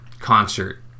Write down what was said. concert